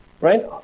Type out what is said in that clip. Right